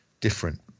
different